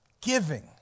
giving